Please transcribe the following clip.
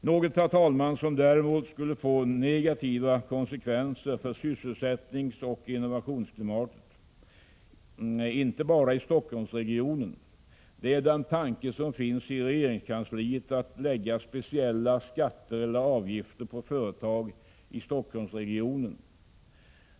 Något som däremot skulle få negativa konsekvenser för sysselsättningsoch innovationsklimatet, inte bara i Stockholmsregionen, är den tanke som finns i regeringskansliet att lägga speciella skatter eller avgifter på företag i Stockholmsregionen.